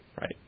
Right